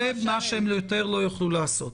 זה מה שהם יותר לא יוכלו לעשות.